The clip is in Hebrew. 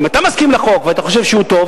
אם אתה מסכים לחוק ואתה חושב שהוא טוב,